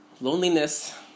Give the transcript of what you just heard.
Loneliness